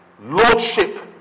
Lordship